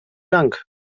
dank